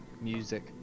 music